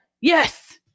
Yes